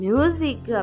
Music